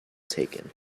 taken